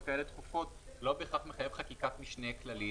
דחופות כאלה לא בהכרח מחייב חקיקת משנה כללית,